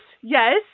Yes